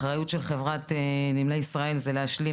אחריות של חברת נמלי ישראל זה להשלים